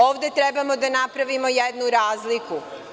Ovde trebamo da napravimo jednu razliku.